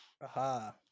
aha